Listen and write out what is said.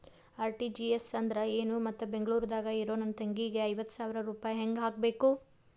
RTGS ಅಂದ್ರ ಏನು ಮತ್ತ ಬೆಂಗಳೂರದಾಗ್ ಇರೋ ನನ್ನ ತಂಗಿಗೆ ಐವತ್ತು ಸಾವಿರ ರೂಪಾಯಿ ಹೆಂಗ್ ಹಾಕಬೇಕು?